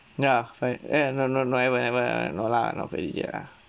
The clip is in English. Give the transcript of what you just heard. ya fine eh no no no I'll never never no lah not ready yet lah